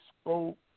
spoke